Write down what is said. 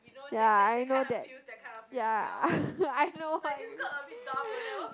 ya I know that ya I know what you mean